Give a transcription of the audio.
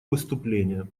выступление